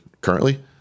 currently